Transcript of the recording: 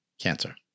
cancer